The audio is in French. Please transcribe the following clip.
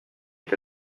est